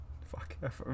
fuck